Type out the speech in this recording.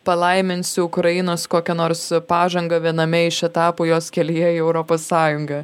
palaiminsiu ukrainos kokia nors pažanga viename iš etapų jos kelyje į europos sąjungą